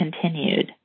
continued